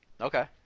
Okay